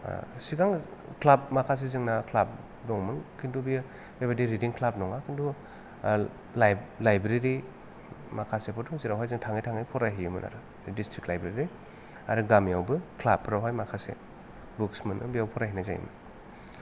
सिगां क्लाब माखासे जोंना क्लाब दंमोन किन्तु बियो बेबादि रिदिं क्लाब नङा किन्तु ओ लाइब लाइब्रेरि माखासेबो दं जेरावहाय जों थाङै थाङै फरायहैयोमोन आरो दिसट्रिक लाइब्रेरि आरो गामियावबो क्लाबफ्रावहाय माखासे बुकस मोनो बेव फरायहैनाय जायोमोन